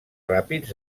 ràpids